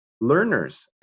learners